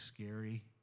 scary